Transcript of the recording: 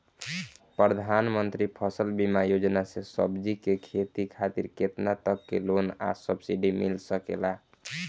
प्रधानमंत्री फसल बीमा योजना से सब्जी के खेती खातिर केतना तक के लोन आ सब्सिडी मिल सकेला?